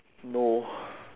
no